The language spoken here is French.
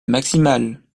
maximale